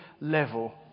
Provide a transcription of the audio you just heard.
level